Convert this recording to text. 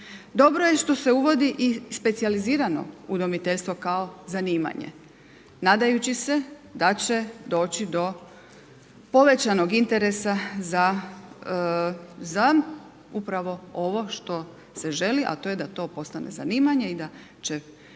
Dobro je što se uvodi i specijalizirano udomiteljstvo kao zanimanje. Nadajući se da će doći do povećanog interesa za upravo ovo što se želi a to je da to postane zanimanje i da će